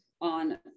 on